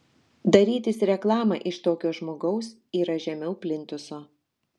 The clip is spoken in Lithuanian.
darytis reklamą iš tokio žmogaus yra žemiau plintuso